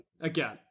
again